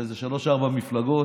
באיזה שלוש-ארבע מפלגות,